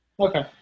Okay